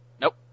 Nope